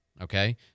Okay